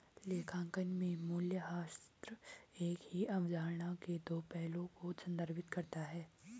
लेखांकन में मूल्यह्रास एक ही अवधारणा के दो पहलुओं को संदर्भित करता है